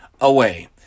away